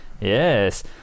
Yes